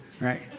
right